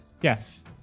Yes